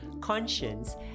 conscience